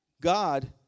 God